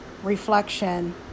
reflection